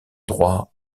droit